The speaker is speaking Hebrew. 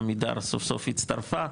עמידר סוף סוף הצטרפה,